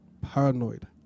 paranoid